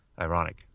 ironic